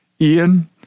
Ian